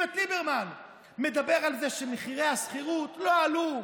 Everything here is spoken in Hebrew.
איווט ליברמן מדבר על זה שמחירי השכירות לא עלו.